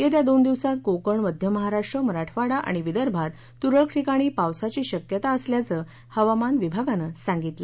येत्या दोन दिवसात कोकण मध्य महाराष्ट्र मराठवाडा आणि विदर्भात तूरळक ठिकाणी पावसाची शक्यता असल्याचं हवामान विभागानं सांगितलं